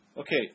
Okay